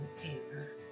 paper